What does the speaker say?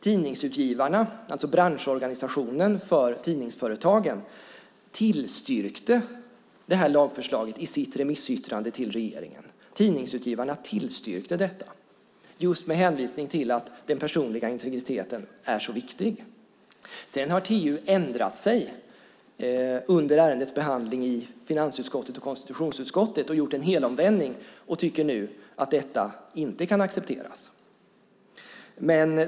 Tidningsutgivarna, branschorganisationen för tidningsföretagen, tillstyrkte i sitt remissyttrande till regeringen det här lagförslaget just med hänvisning till att den personliga integriteten är så viktig. Sedan har TU ändrat sig under ärendets behandling i finansutskottet och konstitutionsutskottet och gjort en helomvändning och tycker nu att detta inte kan accepteras.